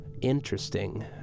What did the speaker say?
Interesting